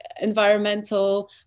environmental